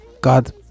God